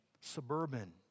suburban